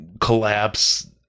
collapse